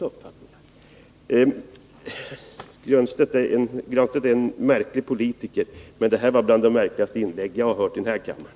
Visserligen är Pär Granstedt en märklig politiker, men det här anförandet var ett av de märkligaste inläggen jag har hört i den här kammaren.